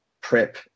prep